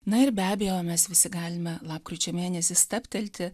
na ir be abejo mes visi galime lapkričio mėnesį stabtelti